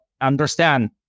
understand